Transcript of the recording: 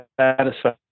satisfied